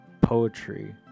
poetry